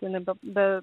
jau nebe be